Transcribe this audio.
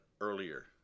earlier